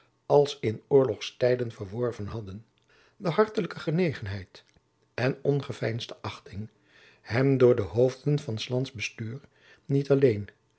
als in oorlogstijden verworven hadden de hartelijke genegenheid en ongeveinsde achting hem door de hoofden van s lands bestuur niet alleen